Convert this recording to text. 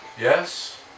Yes